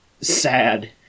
sad